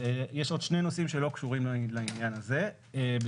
יש עוד שני נושאים שלא קשורים לעניין הזה בכלל,